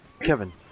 Kevin